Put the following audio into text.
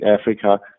Africa